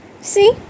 See